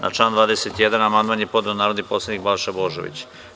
Na član 21. amandman je podneo narodni poslanik Balša Božović.